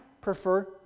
prefer